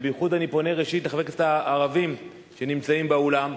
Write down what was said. ובייחוד אני פונה ראשית לחברי הכנסת הערבים שנמצאים באולם: